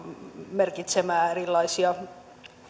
merkitään erilaisia